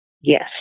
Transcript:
yes